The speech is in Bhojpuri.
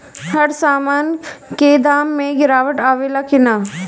हर सामन के दाम मे गीरावट आवेला कि न?